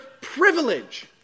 privilege